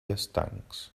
estancs